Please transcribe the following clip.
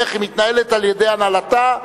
איך היא מתנהלת על-ידי הנהלתה,